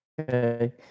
Okay